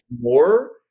more